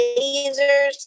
lasers